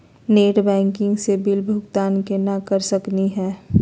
Net banking स bill भुगतान केना कर सकली हे?